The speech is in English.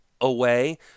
away